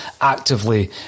actively